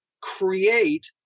create